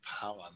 power